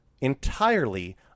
entirely